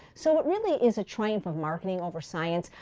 so it really is a triumph of marketing over science,